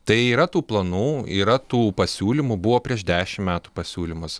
tai yra tų planų yra tų pasiūlymų buvo prieš dešimt metų pasiūlymas